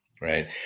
right